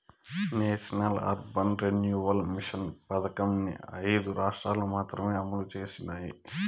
national Urban Renewal Mission పథకంని ఐదు రాష్ట్రాలు మాత్రమే అమలు చేసినాయి